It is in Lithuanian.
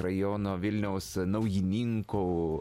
rajono vilniaus naujininkų